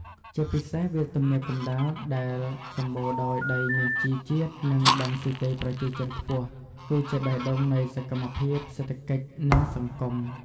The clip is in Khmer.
ជាពិសេស វាលទំនាបកណ្ដាលដែលសម្បូរដោយដីមានជីជាតិ និងដង់ស៊ីតេប្រជាជនខ្ពស់ គឺជាបេះដូងនៃសកម្មភាពសេដ្ឋកិច្ច និងសង្គម។